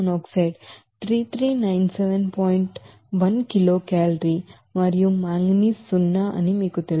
1 kilocalorie మరియు manganese సున్నా అని మీకు తెలుసు